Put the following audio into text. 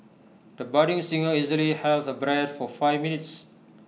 the budding singer easily held her breath for five minutes